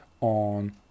on